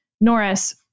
Norris